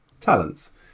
talents